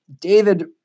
David